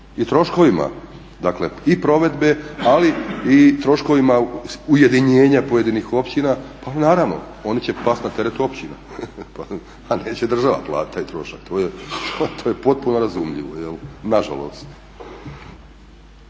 i troškovima dakle i provedbe ali i troškovima ujedinjenja pojedinih općina. Pa naravno, oni će past na teret općina. Pa neće država platiti taj trošak, to je potpuno razumljivo jel', nažalost.